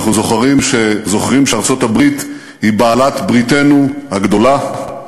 אנחנו זוכרים שארצות-הברית היא בעלת בריתנו הגדולה.